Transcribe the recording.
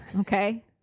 okay